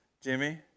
Jimmy